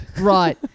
Right